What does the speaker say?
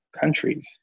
countries